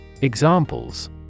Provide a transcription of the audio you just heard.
Examples